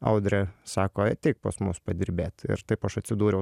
audrė sako ateik pas mus padirbėt ir taip aš atsidūriau